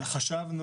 (הצגת שקופיות) חשבנו,